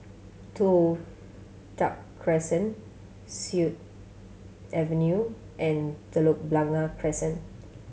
Toh Tuck Crescent Sut Avenue and Telok Blangah Crescent